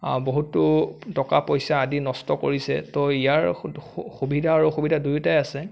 বহুতো টকা পইচা আদি নষ্ট কৰিছে ত' ইয়াৰ সু সুবিধা আৰু অসুবিধা দুয়োটাই আছে